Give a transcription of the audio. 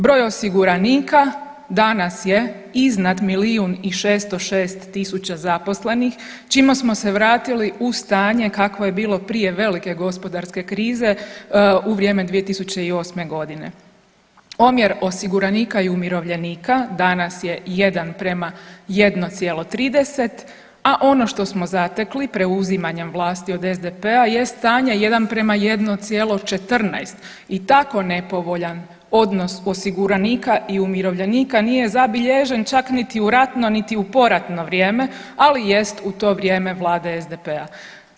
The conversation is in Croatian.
Broj osiguranika danas je iznad milijun i 606 tisuća zaposlenih, čime smo se vratili u stanje kakvo je bilo prije velike gospodarske krize u vrijeme 2008. g. Omjer osiguranika i umirovljenika danas je 1:1,30, a ono što smo zatekli, preuzimanjem vlasti od SDP-a je stanje od 1:1,14 i tako nepovoljan odnos osiguranika i umirovljenika nije zabilježen čak niti u ratno, a niti u poratno vrijeme, ali jest u to vrijeme Vlade SDP-a.